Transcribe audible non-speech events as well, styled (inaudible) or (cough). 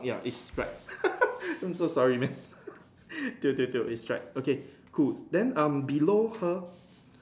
ya it's right (laughs) I'm so sorry man (laughs) tio tio tio it's right okay cool then um below her